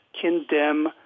condemn